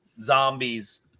zombies